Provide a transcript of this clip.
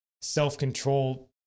self-control